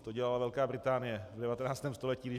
To dělala Velká Británie v 19. století.